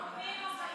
או פנים או כלכלה.